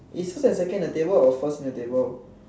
eh so that's second in the table or first in the table